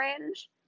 range